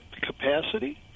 capacity